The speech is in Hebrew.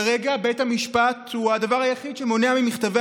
כרגע בית המשפט הוא הדבר היחיד שמונע ממכתבי